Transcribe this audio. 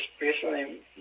recently